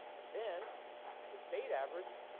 and then the so um and state average,